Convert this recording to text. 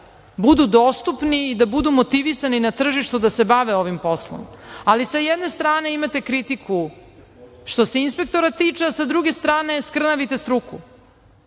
budu dostupni i da budu motivisani na tržištu da se bave ovim poslom, ali s jedne strane imate kritiku što se inspektora tiče, a s druge strane skrnavite struku. Da,